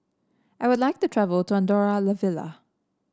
I would like to travel to Andorra La Vella